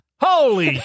Holy